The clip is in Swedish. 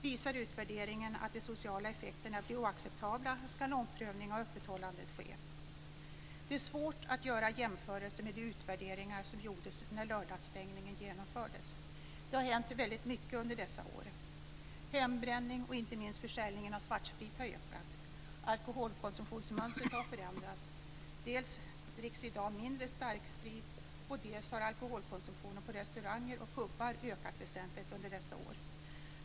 Visar utvärderingen att de sociala effekterna blir oacceptabla, ska en omprövning av öppethållandet ske. Det är svårt att göra jämförelser med de utvärderingar som gjordes när lördagsstängningen genomfördes. Det har hänt väldigt mycket under dessa år. Hembränning och inte minst försäljningen av svartsprit har ökat. Alkoholkonsumtionsmönstret har förändrats, dels dricks i dag mindre starksprit, dels har alkoholkonsumtionen på restauranger och pubar ökat väsentligt under dessa år.